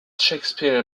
shakespeare